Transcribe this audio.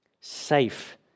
safe